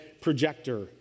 projector